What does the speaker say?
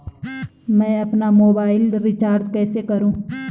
मैं अपना mobile recharge कैसे करूँ?